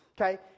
okay